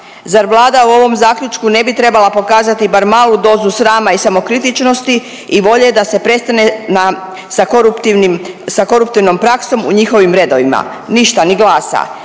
Zar Vlada u ovom zaključku ne bi trebala pokazati bar malu dozu srama i samokritičnosti i volje da se prestane sa koruptivnom praksom u njihovim redovima. Ništa, ni glasa.